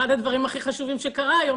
אחד הדברים הכי חשובים שקרה היום,